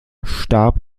starb